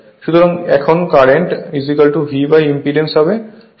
সুতরাং এখন কারেন্টVইম্পিডেন্স হবে